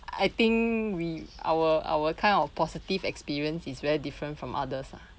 I think we our our kind of positive experience is very different from others ah